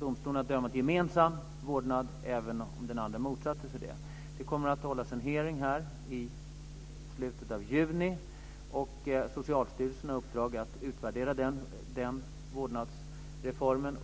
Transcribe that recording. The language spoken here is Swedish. domstolen kunde döma till gemensam vårdnad även om den ena parten motsatte sig det. Det kommer att hållas en hearing i slutet av juni, och Socialstyrelsen har i uppdrag att utvärdera den vårdnadsreformen.